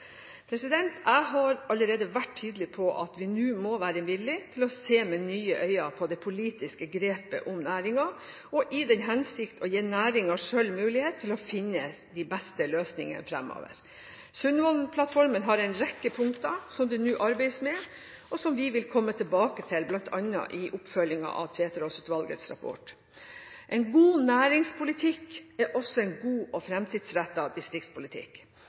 Jeg har allerede vært tydelig på at vi nå må være villige til å se med nye øyne på det politiske grepet om næringen og i den hensikt å gi næringen selv mulighet til å finne de beste løsningene fremover. Sundvollen-plattformen har en rekke punkter som det nå arbeides med, og som vi vil komme tilbake til bl.a. i oppfølgingen av Tveterås-utvalgets rapport. En god næringspolitikk er også en god og fremtidsrettet distriktspolitikk.